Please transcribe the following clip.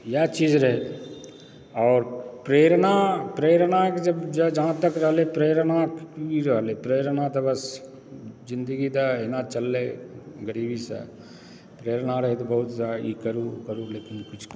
इएह चीज रहय आओर प्रेरणा प्रेरणाक जे जहाँ तक रहलय प्रेरणा की रहलय प्रेरणा तऽ बस जिन्दगी तऽ अहिना चललय गरीबीसँ प्रेरणा रहय बहुत ई करू ओ करू लेकिन किछु